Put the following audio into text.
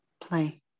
Play